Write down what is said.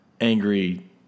angry